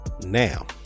now